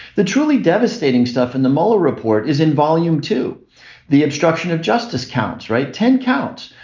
the truly devastating stuff in the mueller report is in volume to the obstruction of justice counts. right. ten counts.